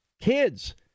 kids